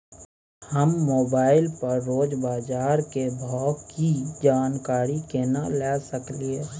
हम मोबाइल पर रोज बाजार के भाव की जानकारी केना ले सकलियै?